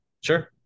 Sure